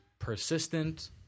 persistent